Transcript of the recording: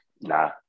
Nah